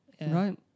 right